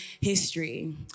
history